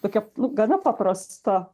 tokia nu gana paprasta